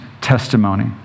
testimony